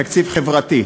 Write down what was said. תקציב חברתי.